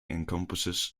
encompasses